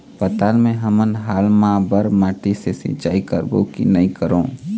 पताल मे हमन हाल मा बर माटी से सिचाई करबो की नई करों?